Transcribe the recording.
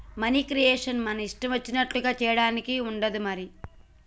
money creation మన ఇష్టం వచ్చినట్లుగా చేయడానికి ఉండదు మరి